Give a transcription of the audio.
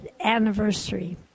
anniversary